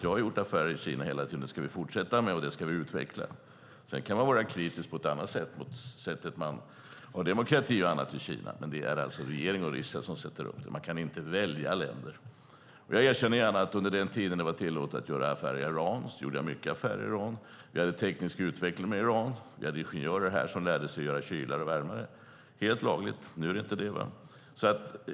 Jag har gjort affärer i Kina hela tiden, och dem ska vi fortsätta med och utveckla. Sedan kan man på annat sätt vara kritisk mot hur det är med demokrati och annat i Kina. Men det är alltså regering och riksdag som sätter upp reglerna. Man kan inte välja länder. Jag erkänner gärna att under den tid det var tillåtet att göra affärer i Iran gjorde jag mycket affärer med Iran. Vi hade samarbete om teknisk utveckling med Iran. Vi hade ingenjörer här som lärde sig att göra kylare och värmare. Det var helt lagligt; nu är det inte det.